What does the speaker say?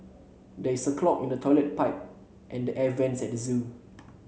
there is a clog in the toilet pipe and the air vents at the zoo